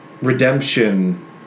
redemption